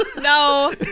no